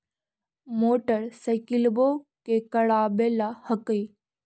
मोटरसाइकिलवो के करावे ल हेकै?